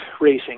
racing